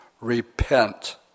repent